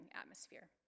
atmosphere